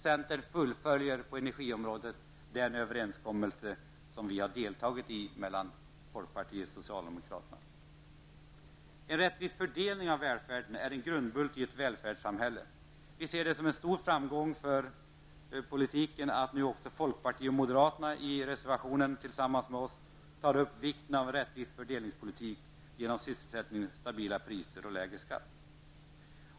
Centern fullföljer på energiområdet den överenskommelse som träffats tillsammans med folkpartiet och socialdemokraterna. En rättvis fördelning av välfärden är en grundbult i välfärdssamhället. Vi ser det som en stor framgång för politiken att nu också folkpartiet och moderaterna i reservation tillsammans med oss tar upp vikten av rättvis fördelningspolitik genom sysselsättning, stabila priser och lägre skatt.